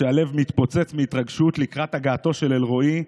כשהלב מתפוצץ מהתרגשות לקראת הגעתו של אלרואי,